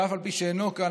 ואף על פי שאינו כאן,